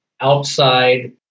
outside